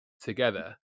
together